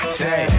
say